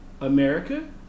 America